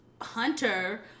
Hunter